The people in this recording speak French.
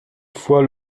fois